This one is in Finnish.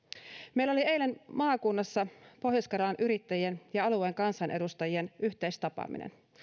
meillä oli eilen maakunnassa pohjois karjalan yrittäjien ja alueen kansanedustajien yhteistapaaminen